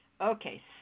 Okay